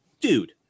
dude